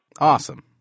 Awesome